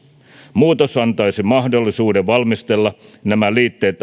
muutos antaisi mahdollisuuden valmistella nämä liitteet